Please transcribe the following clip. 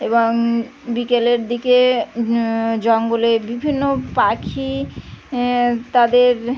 এবং বিকেলের দিকে জঙ্গলের বিভিন্ন পাখি তাদের